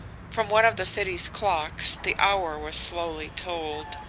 from one of the city clocks the hour was slowly tolled.